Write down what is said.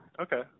Okay